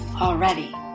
already